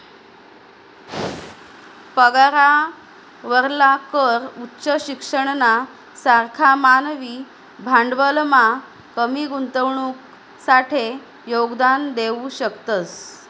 पगारावरला कर उच्च शिक्षणना सारखा मानवी भांडवलमा कमी गुंतवणुकसाठे योगदान देऊ शकतस